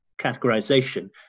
categorization